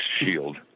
shield